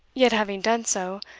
yet, having done so,